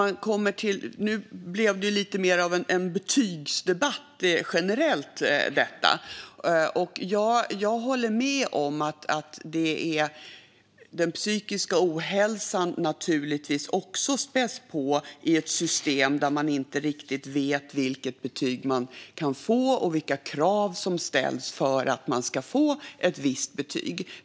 Nu blev det här lite mer av en generell betygsdebatt, och jag håller med om att den psykiska ohälsan naturligtvis också späs på i ett system där man inte riktigt vet vilket betyg man kan få och vilka krav som ställs för att man ska få ett visst betyg.